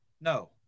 No